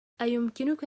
أيمكنك